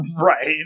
Right